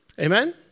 Amen